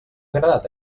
agradat